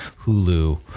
Hulu